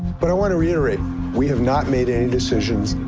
but i want to reiterate we have not made any decisions.